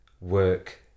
work